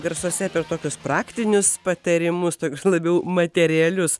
garsuose per tokius praktinius patarimus tokius labiau materialius